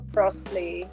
Crossplay